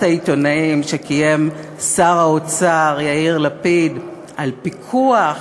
העיתונאים שקיים שר האוצר יאיר לפיד על פיקוח